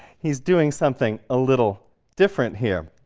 he's doing something a little different here.